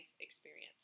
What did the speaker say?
experience